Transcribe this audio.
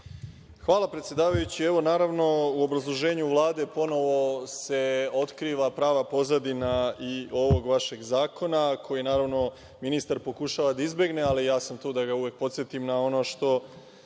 Hvala predsedavajući. Evo, naravno, u obrazloženju Vlade ponovo se otkriva prava pozadina i ovog vašeg zakona koji naravno ministar pokušava da izbegne, ali ja sam tu da ga uvek podsetim na ono što